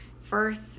First